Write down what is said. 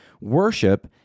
worship